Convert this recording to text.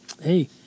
hey